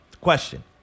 Question